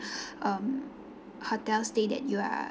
um holiday stay that you are